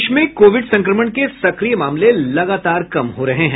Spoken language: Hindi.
देश में कोविड संक्रमण के सक्रिय मामले लगातार कम हो रहे हैं